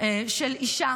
של אישה